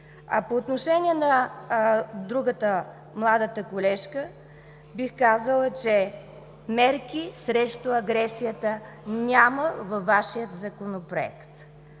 По отношение на другата – младата колежка, бих казала, че мерки срещу агресията няма във Вашия Законопроект.